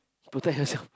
protect yourself